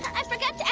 i forgot